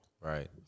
Right